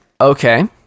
Okay